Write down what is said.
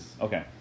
Okay